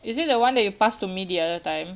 is it the one that you pass to me the other time